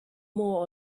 more